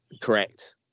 correct